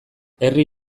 herri